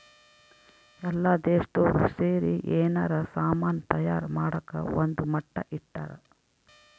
ಎಲ್ಲ ದೇಶ್ದೊರ್ ಸೇರಿ ಯೆನಾರ ಸಾಮನ್ ತಯಾರ್ ಮಾಡಕ ಒಂದ್ ಮಟ್ಟ ಇಟ್ಟರ